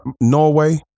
Norway